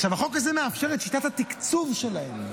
עכשיו החוק הזה מאפשר את שיטת התקצוב שלהם,